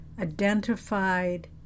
identified